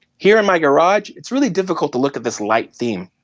here in my garage, it's really difficult to look at this light theme.